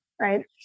right